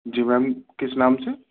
جی ma'am کس نام سے